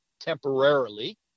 temporarily